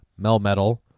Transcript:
Melmetal